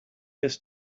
his